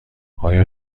آیا